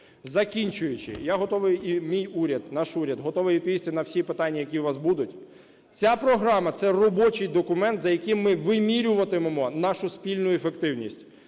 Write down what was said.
Закінчуючи. Я готовий і мій уряд, наш уряд, готовий відповісти на всі питання, які у вас будуть. Ця програма – це робочий документ, за яким ми вимірюватимемо нашу спільну ефективність.